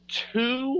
two